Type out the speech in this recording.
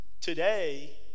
today